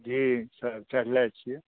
जी तऽ चढ़ने छियै